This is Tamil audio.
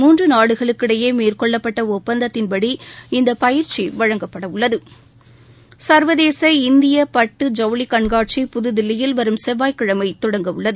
முன்று நாடுகளுக்கிடையே மேற்கொள்ளப்பட்ட ஒப்பந்தத்தின்படி இந்தப் பயிற்சி வழங்கப்பட உள்ளது சா்வதேச இந்திய பட்டு ஜவுளிக் கண்காட்சி புதுதில்லியில் வரும் செவ்வாய்க்கிழமை தொடங்க உள்ளது